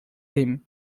him